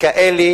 כאלה